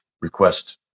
request